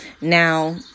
Now